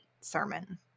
sermon